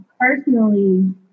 personally